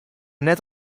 net